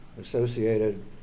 Associated